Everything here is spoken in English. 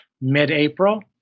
mid-April